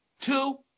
Two